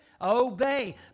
Obey